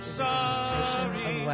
sorry